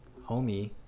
homie